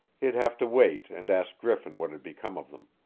he'd have to wait and ask griffin what had become of them.